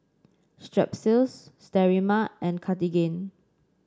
Strepsils Sterimar and Cartigain